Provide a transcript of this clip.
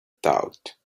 thought